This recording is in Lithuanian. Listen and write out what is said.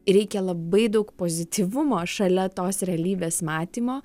reikia labai daug pozityvumo šalia tos realybės matymo